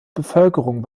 bevölkerung